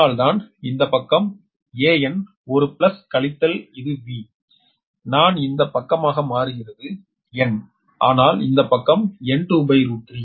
அதனால்தான் இந்த பக்கம் AN 'ஒரு' பிளஸ் கழித்தல் இது V நான் இந்த பக்கமாக மாறுகிறது N ஆனால் இந்த பக்கம் N23